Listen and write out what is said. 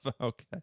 Okay